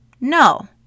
No